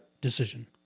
decision